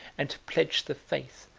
and to pledge the faith,